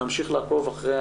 אנחנו נמשיך לעקוב אחרי